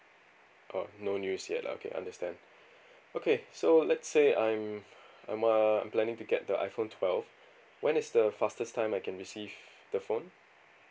oh no news yet lah okay understand okay so let's say I'm I'm uh I'm planning to get the iphone twelve when is the fastest time I can receive the phone